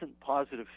positive